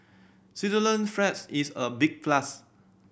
Switzerland's is a big plus